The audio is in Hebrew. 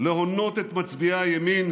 להונות את מצביעי הימין,